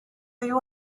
you